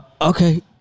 Okay